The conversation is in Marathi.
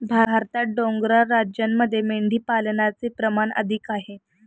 भारतात डोंगराळ राज्यांमध्ये मेंढीपालनाचे प्रमाण अधिक आहे